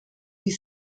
die